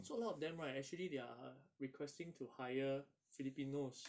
so a lot of them right actually they are requesting to hire filipinos